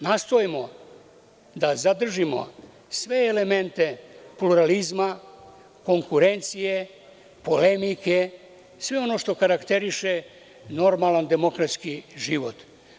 Nastojmo da zadržimo sve elemente pluralizma, konkurencije, polemike, sve ono što karakteriše normalan demokratski život.